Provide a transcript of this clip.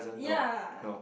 ya